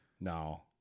No